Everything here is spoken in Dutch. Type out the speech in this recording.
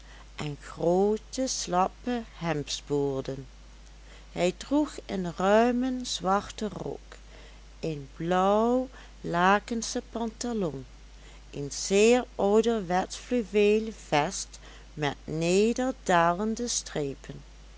en groote slappe hemdsboorden hij droeg een ruimen zwarten rok een blauwlakensche pantalon een zeer ouderwetsch fluweel vest met nederdalende strepen